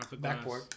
Backboard